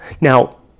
Now